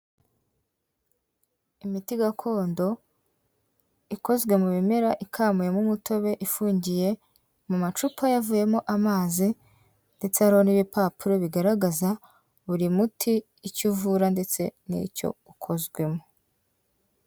Imiti gakondo, ikozwe mu bimera ikamuyemo umutobe, ifungiye mu macupa yavuyemo amazi, ndetse hariho n'ibipapuro bigaragaza, buri muti icyo uvura ndetse n'icyo ukozwemo.